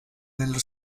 nello